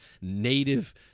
Native